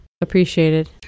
appreciated